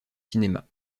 cinéma